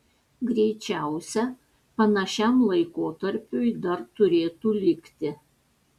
greičiausia panašiam laikotarpiui dar turėtų likti